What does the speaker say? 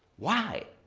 why?